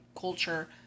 culture